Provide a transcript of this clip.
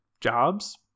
jobs